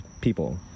people